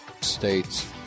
States